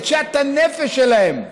את שאט הנפש שלהם,